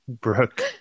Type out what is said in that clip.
Brooke